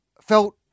felt